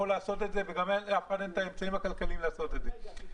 לעשות אותו וגם לאף אחד אין את האמצעים הכלכליים לעשות את זה.